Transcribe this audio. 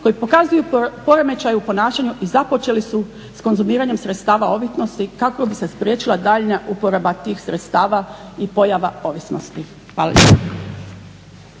koji pokazuju poremećaj u ponašanju i započeli su s konzumiranjem sredstava ovisnosti kako bi se spriječila daljnja uporaba tih sredstava i pojava ovisnosti.